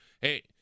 hey